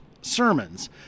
sermons